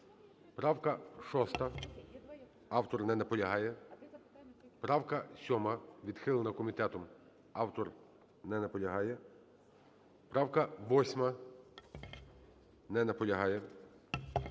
Правка 6. Автор не наполягає. Правка 7. Відхилена комітетом. Автор не наполягає. Правка 8. Не наполягає.